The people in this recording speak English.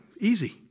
easy